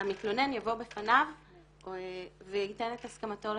שהמתלונן יבוא בפני בית המשפט וייתן את הסכמתו לפרסום,